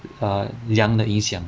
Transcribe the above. err 良的影响